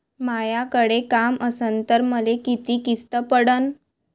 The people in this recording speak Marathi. मायाकडे काम असन तर मले किती किस्त पडन?